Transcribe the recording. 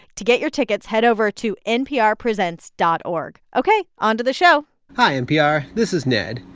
to get your tickets, head over to nprpresents dot org. ok, onto the show hi, npr. this is ned.